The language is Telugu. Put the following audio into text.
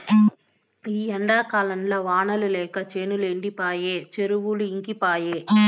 ఈ ఎండాకాలంల వానలు లేక చేనులు ఎండిపాయె చెరువులు ఇంకిపాయె